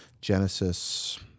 Genesis